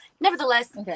Nevertheless